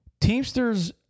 Teamsters